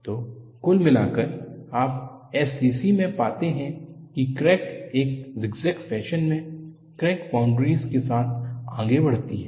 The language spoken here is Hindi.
तो कुल मिलाकर आप SCC में पाते हैं कि क्रैक एक ज़िगज़ैग फैशन में ग्रेन बॉउन्ड्रीस के साथ आगे बढ़ती है